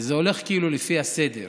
שזה הולך כאילו לפי הסדר: